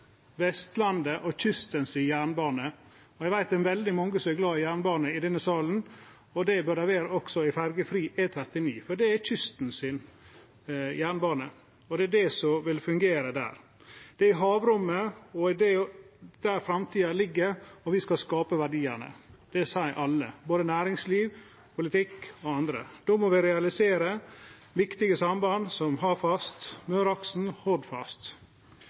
Vestlandet og kysten. Eg veit at det er veldig mange som er glade i jernbane i denne salen, og det bør dei også vere i ferjefri E39, for det er jernbanen til kysten, og det er det som vil fungere der. Det er i havrommet framtida ligg, og her vi skal skape verdiane. Det seier alle, både næringsliv, politikarar og andre. Då må vi realisere viktige samband som Hafast, Møreaksen og Hordfast. Difor er eg svært glad for at planleggingsmidlane også ligg fast i åra som kjem. Samferdselsbudsjettet har